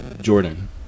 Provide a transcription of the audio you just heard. jordan